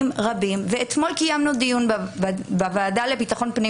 אתמול קיימנו דיון בוועדה לביטחון הפנים